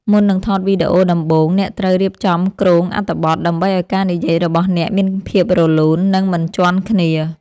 មុននឹងថតវីដេអូដំបូង អ្នកត្រូវរៀបចំគ្រោងអត្ថបទ ដើម្បីឱ្យការនិយាយរបស់អ្នកមានភាពរលូន និងមិនជាន់គ្នា។